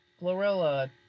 Glorilla